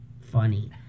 Funny